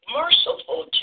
merciful